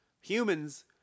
Humans